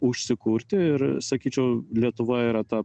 užsikurti ir sakyčiau lietuva yra ta